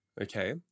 Okay